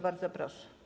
Bardzo proszę.